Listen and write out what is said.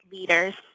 Leaders